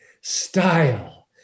style